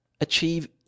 achieve